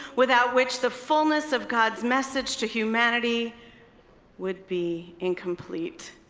without which the fullness of god's message to humanity would be incomplete.